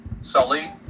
Sully